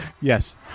Yes